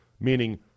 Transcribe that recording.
meaning